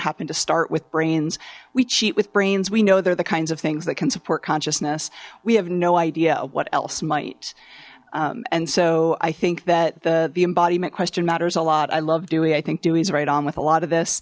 happen to start with brains we cheat with brains we know they're the kinds of things that can support consciousness we have no idea what else might and so i think that the the embodiment question matters a lot i love doing i think dewey's right on with a lot of this